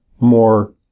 more